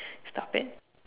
stop it